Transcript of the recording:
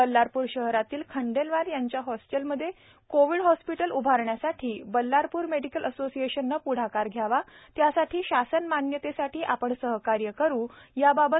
बल्लारप्र शहरातील खंडेलवाल यांच्या होस्टेलमध्ये कोविड हॉस्पीटल उभारण्यासाठी बल्लारपूर मेडीकल असोसिएशनने प्ढाकार घ्यावा त्यासाठी शासन मान्यतेसाठी आपण सहकार्य करू याबाबत आ